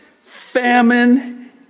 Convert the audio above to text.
famine